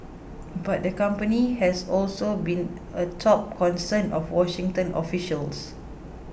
but the company has also been a top concern of Washington officials